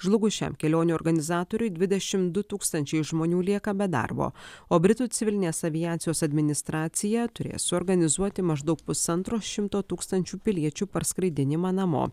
žlugus šiam kelionių organizatoriui dvidešim du tūkstančiai žmonių lieka be darbo o britų civilinės aviacijos administracija turės suorganizuoti maždaug pusantro šimto tūkstančių piliečių perskraidinimą namo